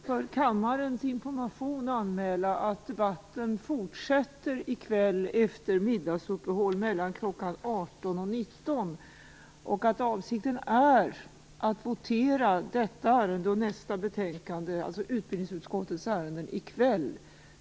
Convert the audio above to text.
För kammarens information vill jag anmäla att debatten fortsätter i kväll efter middagsuppehåll mellan kl. 18.00 och 19.00. Avsikten är att votera i detta ärende och nästa, dvs. utbildningsutskottets ärenden, i kväll.